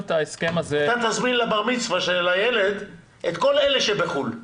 אתה תזמין לבר מצווה של הילד את כל אלה שבחוץ לארץ.